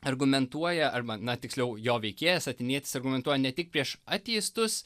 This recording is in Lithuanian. argumentuoja arba na tiksliau jo veikėjas atėnietis argumentuoja ne tik prieš ateistus